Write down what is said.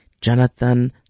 Jonathan